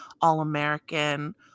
all-american